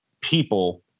people